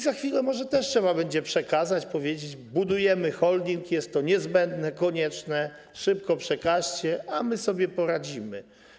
Za chwilę może też trzeba będzie przekazać, powiedzieć: budujemy holding, jest to niezbędne, konieczne, szybko przekażcie, a my sobie poradzimy.